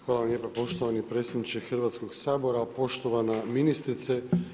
Hvala lijepo poštovani predsjedniče Hrvatskog sabora, poštovana ministrice.